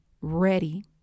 ready